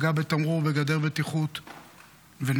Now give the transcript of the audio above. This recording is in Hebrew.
פגע בתמרור ובגדר בטיחות ונהרג.